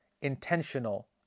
intentional